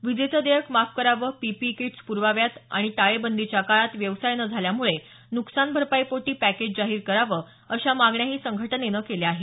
वीजेचं देयक माफ करावं पीपीई कीट्स पुरवाव्यात आणि टाळेबंदीच्या काळात व्यवसाय न झाल्यामुळे नुकसान भरपाईपोटी पॅकेज जाहीर करावं अशा मागण्याही संघटनेनं केल्या आहेत